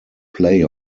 play